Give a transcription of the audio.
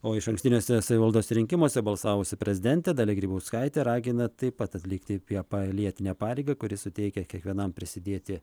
o išankstiniuose savivaldos rinkimuose balsavusi prezidentė dalia grybauskaitė ragina taip pat atlikti pje palietinę pareigą kuri suteikia kiekvienam prisidėti